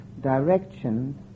direction